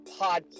Podcast